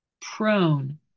prone